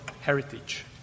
heritage